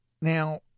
Now